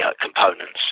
components